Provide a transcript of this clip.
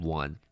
one